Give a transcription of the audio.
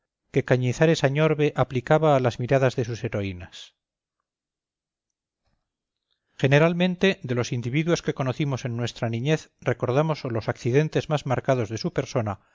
que cañizares añorbe aplicaban a las miradas de sus heroínas generalmente de los individuos que conocimos en nuestra niñez recordamos o los accidentes más marcados de su persona